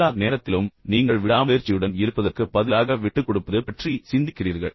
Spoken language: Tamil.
எல்லா நேரத்திலும் நீங்கள் விடாமுயற்சியுடன் இருப்பதற்குப் பதிலாக விட்டுக்கொடுப்பது பற்றி சிந்திக்கிறீர்கள்